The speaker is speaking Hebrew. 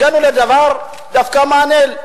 הגענו לדבר דווקא מעניין.